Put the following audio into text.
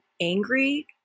angry